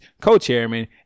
co-chairman